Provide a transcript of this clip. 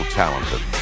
talented